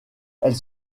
elle